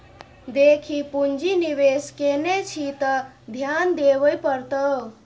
देखी पुंजी निवेश केने छी त ध्यान देबेय पड़तौ